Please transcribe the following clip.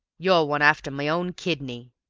you're one after my own kidney!